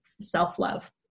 self-love